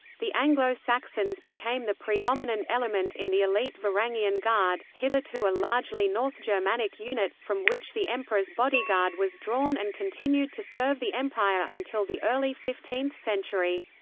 the anglo-saxons became the predominant element in the elite varangian guard, hitherto a largely north germanic unit, from which the emperor's bodyguard was drawn and continued continued to serve the empire until the early fifteenth century.